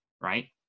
right